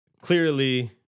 clearly